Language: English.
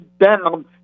down